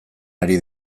ari